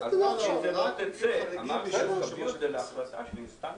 מצד אחד להתחשב בחברי הכנסת,